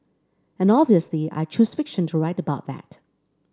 and obviously I choose fiction to write about that